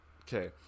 okay